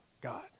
God